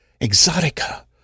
Exotica